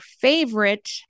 favorite